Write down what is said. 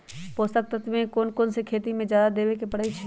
पोषक तत्व क कौन कौन खेती म जादा देवे क परईछी?